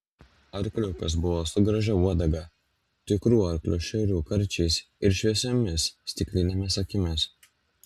arkliukas buvo su gražia uodega tikrų arklio šerių karčiais ir šviesiomis stiklinėmis akimis